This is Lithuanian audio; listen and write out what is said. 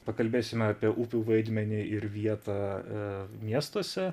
pakalbėsime apie upių vaidmenį ir vietą e miestuose